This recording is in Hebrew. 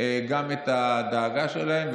גם את הדאגה שלהם,